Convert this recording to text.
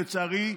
לצערי,